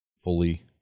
fully